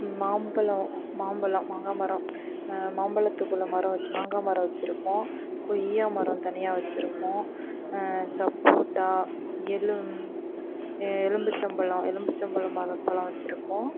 மாம்பலம் மாம்பலம் மாங்காய் மரம் மாம்பழத்துக்குள்ள மரம் வச்சு மாங்காய் மரம் வச்சிருக்கோம் கொய்யா மரம் தனியாக வச்சிருக்கோம் சப்போட்டா எலும் எலும்பிச்சம்பழம் எலும்பிச்சம்பழம் மரத்தைலாம் வச்சிருக்கோம்